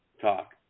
talk